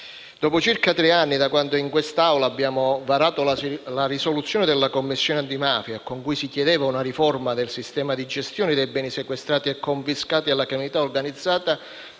dopo circa tre anni da quando in quest'Aula abbiamo votato la risoluzione della Commissione antimafia con cui si chiedeva una riforma del sistema di gestione dei beni sequestrati e confiscati alla criminalità organizzata,